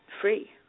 free